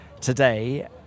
today